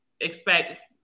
expect